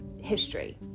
history